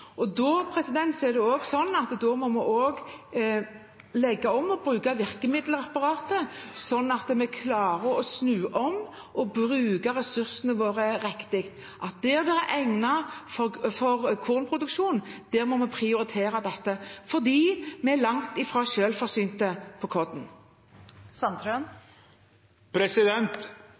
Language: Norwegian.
korn. Da må vi legge om og bruke virkemiddelapparatet sånn at vi klarer å snu om og bruke ressursene våre riktig. Der det er egnet for kornproduksjon, må vi prioritere dette, for vi er langt ifra